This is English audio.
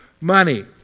money